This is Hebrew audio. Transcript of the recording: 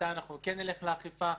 מתי כן נלך לאכיפה,